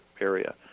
area